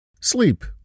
Sleep